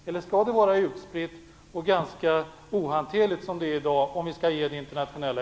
Eller skall det, som det är i dag, vara utspritt och ganska ohanterligt om vi skall ge ett exempel internationellt?